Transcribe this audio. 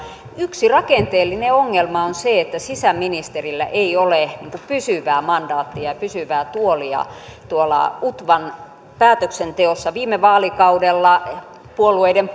yksi rakenteellinen ongelma on se että sisäministerillä ei ole pysyvää mandaattia ja pysyvää tuolia tuolla utvan päätöksenteossa viime vaalikaudella puolueiden